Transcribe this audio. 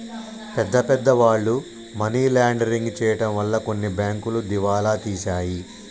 పెద్ద పెద్ద వాళ్ళు మనీ లాండరింగ్ చేయడం వలన కొన్ని బ్యాంకులు దివాలా తీశాయి